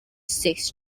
six